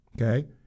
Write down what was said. okay